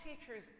teachers